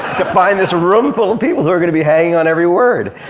to find this room full of people who are gonna be hanging on every word.